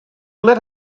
let